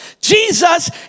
Jesus